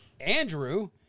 Andrew